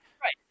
Right